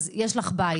יש לך בית.